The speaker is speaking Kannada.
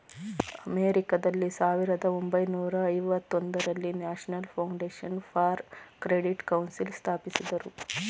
ಅಮೆರಿಕಾದಲ್ಲಿ ಸಾವಿರದ ಒಂಬೈನೂರ ಐವತೊಂದರಲ್ಲಿ national foundation for credit council ಸ್ಥಾಪಿಸಿದರು